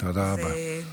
תודה רבה.